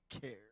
care